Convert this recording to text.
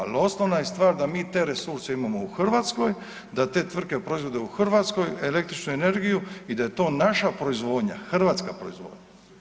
Ali osnovna je stvar da mi te resurse imamo u Hrvatskoj, da te tvrtke proizvode u Hrvatskoj električnu energiju i da je to naša proizvodnja, hrvatska proizvodnja.